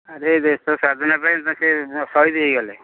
ଆରେ ଦେଶ ସ୍ୱାଧୀନ ପାଇଁକା ସେ ସହିଦ ହୋଇଗଲେ